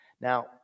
Now